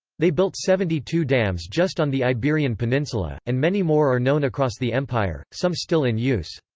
they built seventy two dams just on the iberian peninsula, and many more are known across the empire, some still in use.